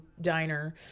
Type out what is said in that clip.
diner